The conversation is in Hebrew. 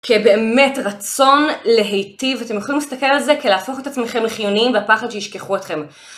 כבאמת רצון להיטיב. אתם יכולים לסתכל על זה כלהפוך את עצמכם לחיוניים והפחד שישכחו אתכם.